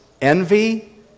envy